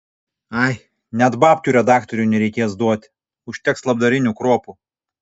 ai net babkių redaktoriui nereikės duoti užteks labdarinių kruopų